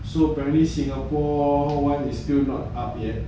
one is still not out yet